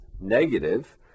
negative